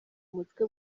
umutwe